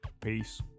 Peace